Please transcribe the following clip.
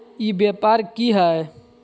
ई व्यापार की हाय?